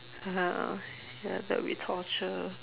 (uh huh) ya that would be torture